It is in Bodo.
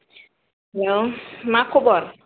हेल' मा खबर